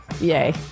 Yay